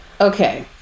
Okay